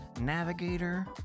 navigator